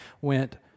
went